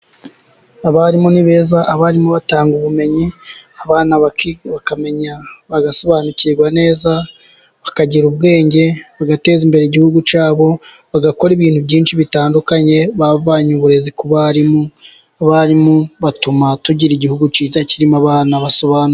Abarimu nibeza abarimu batanga ubumenyi, abana bakamenya bagasobanukirwa neza, bakagira ubwenge bagateza, imbere igihugu cyabo, bagakora ibintu byinshi bitandukanye, bavanye uburezi ku barimu. Abarimu batuma tugira igihugu kirimo abana basobanu.